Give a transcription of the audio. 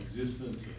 existence